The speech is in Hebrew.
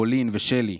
רולין ושלי,